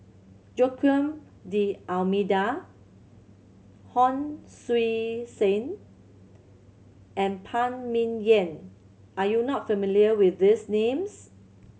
Joaquim D'Almeida Hon Sui Sen and Phan Ming Yen are you not familiar with these names